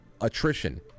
attrition